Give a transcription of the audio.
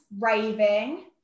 raving